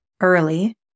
early